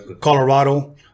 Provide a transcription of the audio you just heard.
Colorado